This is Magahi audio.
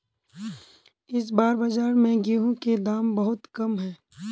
इस बार बाजार में गेंहू के दाम बहुत कम है?